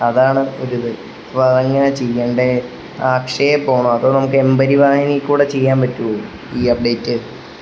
അതാണ് ഒരിത് അപ്പം അതെങ്ങനെയാണ് ചെയ്യേണ്ടത് അക്ഷയയിൽ പോകണോ അതോ നമുക്ക് എം പരിവാഹനിൽ കൂടി ചെയ്യാൻ പറ്റുമോ ഈ അപ്ഡേറ്റ്